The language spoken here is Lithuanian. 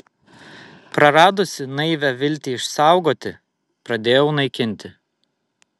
praradusi naivią viltį išsaugoti pradėjau naikinti